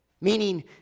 Meaning